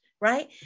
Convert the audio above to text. right